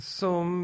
som